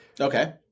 Okay